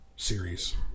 series